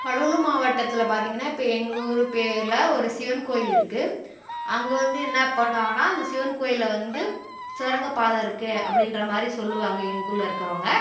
கடலூர் மாவட்டத்தில் பார்த்திங்கன்னா இப்போ எங்கள் ஊர் பேரில் ஒரு சிவன் கோயில் இருக்குது அங்கே வந்து என்ன பண்ணுவாங்கன்னால் அந்த சிவன் கோயிலில் வந்து சுரங்கப்பாத இருக்குது அப்படின்ற மாதிரி சொல்லுவாங்க எங்கள் ஊரில் இருக்கிறவங்க